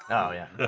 oh, yeah, ah